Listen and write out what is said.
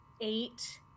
eight